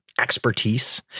Expertise